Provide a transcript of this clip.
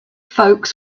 folks